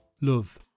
love